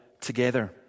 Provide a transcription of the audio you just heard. together